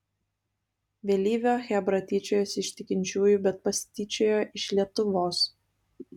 vėlyvio chebra tyčiojosi iš tikinčiųjų bet pasityčiojo iš lietuvos